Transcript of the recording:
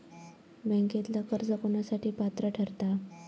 बँकेतला कर्ज कोणासाठी पात्र ठरता?